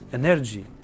energy